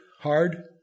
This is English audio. Hard